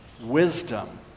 wisdom